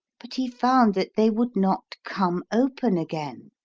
but he found that they would not come open again.